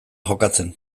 jokatzen